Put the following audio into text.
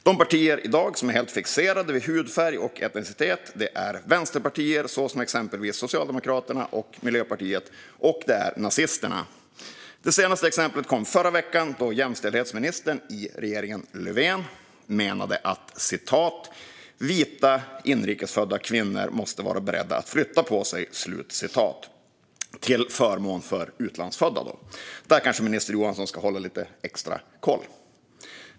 De partier som i dag är helt fixerade vid hudfärg och etnicitet är vänsterpartier som exempelvis Socialdemokraterna och Miljöpartiet, och så är det nazisterna. Det senaste exemplet kom förra veckan, då jämställdhetsministern i regeringen Löfven menade att vita inrikes födda kvinnor måste vara beredda att flytta på sig - till förmån för utlandsfödda, då. Där kanske minister Johansson ska hålla lite extra koll.